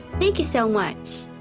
thank you so much.